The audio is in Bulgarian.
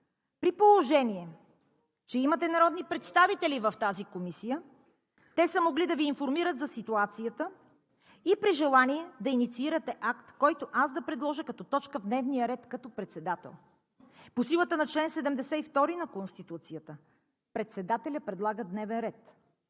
При положение че имате народни представители в тази комисия, те са могли да Ви информират за ситуацията и при желание да инициирате акт, който аз да предложа като точка в дневния ред като председател. По силата на чл. 72 на Конституцията председателят предлага дневен ред.